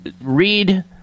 read